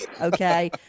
Okay